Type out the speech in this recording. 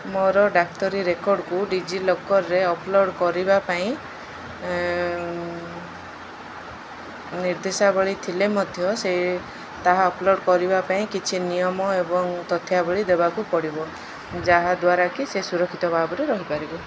ଆପଣ ଦୟାକରି ମୋର ଡାକ୍ତରୀ ରେକର୍ଡ଼୍କୁ ଡିଜିଲକର୍ରେ ଅପଲୋଡ଼୍ କରିବା ପାଇଁ ନିର୍ଦ୍ଦେଶାବଳୀ ପ୍ରଦାନ କରିପାରିବେ କି